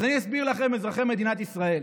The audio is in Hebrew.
אז אני אסביר לכם, אזרחי מדינת ישראל: